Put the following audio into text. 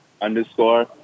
underscore